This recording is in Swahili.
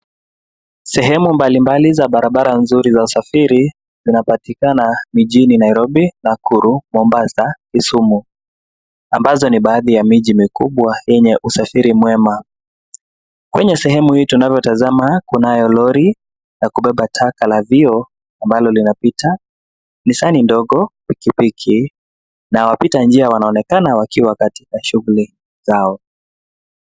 Sehemu mbalimbali za barabara nzuri za usafiri zinapatikana mijini Nairobi, Nakuru, Mombasa, Kisumu, ambazo ni baadhi ya miji mikubwa yenye usafiri mwema. Kwenye sehemu hii tunavyotazama kunayo lori ya kubeba taka na vioo ambalo linapita, nissani ndogo, pikipiki na wapita njia wanaonekana wakiwa katika shughuli zao.